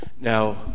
Now